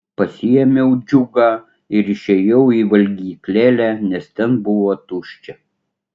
pasiėmiau džiugą ir išėjau į valgyklėlę nes ten buvo tuščia